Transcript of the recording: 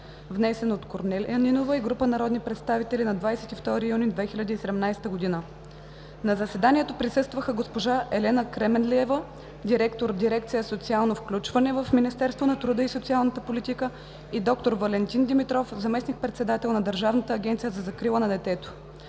внесен от Корнелия Нинова и група народни представители на 22 юни 2017 г. На заседанието присъстваха госпожа Елена Кременлиева – директор Дирекция „Социално включване“ в Министерството на труда и социалната политика, и д-р Валентин Димитров – заместник-председател на Държавната агенция за закрила на детето.